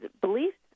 beliefs